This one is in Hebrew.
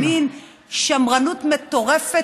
ומין שמרנות מטורפת,